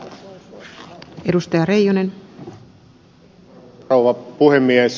arvoisa rouva puhemies